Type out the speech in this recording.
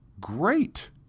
Great